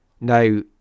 Now